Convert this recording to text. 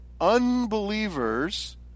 unbelievers